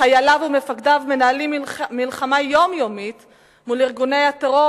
חייליו ומפקדיו מנהלים מלחמה יומיומית מול ארגוני הטרור